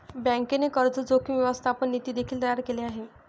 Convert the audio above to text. बँकेने कर्ज जोखीम व्यवस्थापन नीती देखील तयार केले आहे